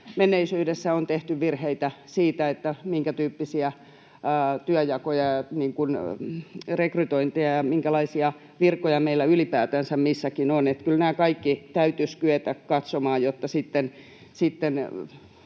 menneisyydessä on tehty virheitä siinä, minkätyyppisiä työnjakoja ja rekrytointeja ja minkälaisia virkoja meillä ylipäätänsä missäkin on. Kyllä nämä kaikki täytyisi kyetä katsomaan, jotta sitten